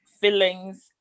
feelings